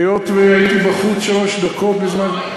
והיות שהייתי בחוץ שלוש דקות בזמן,